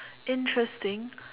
interesting